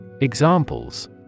Examples